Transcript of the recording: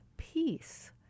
peace